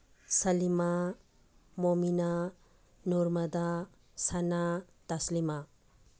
ꯁꯂꯤꯃꯥ ꯃꯣꯃꯤꯅꯥ ꯅꯨꯔꯃꯗꯥ ꯁꯅꯥ ꯇꯁꯂꯤꯃꯥ